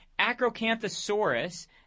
Acrocanthosaurus